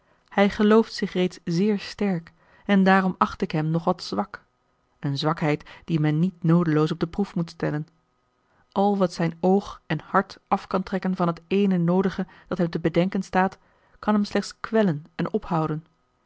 hij gelooft zich reeds zeer sterk en daarom acht ik hem nog wat zwak eene zwakheid die men niet noodeloos op de proef moet stellen al wat zijn oog en hart af kan trekken van het ééne noodige dat hem te bedenken staat kan hem slechts kwellen en ophouden